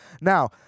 Now